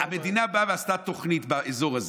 המדינה באה ועשתה תוכנית באזור הזה,